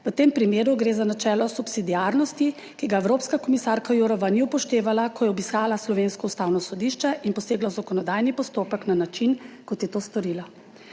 v tem primeru gre za načelo subsidiarnosti, ki ga evropska komisarka Jourová ni upoštevala, ko je obiskala slovensko Ustavno sodišče in posegla v zakonodajni postopek na način kot je to storila.